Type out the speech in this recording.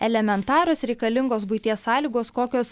elementarios reikalingos buities sąlygos kokios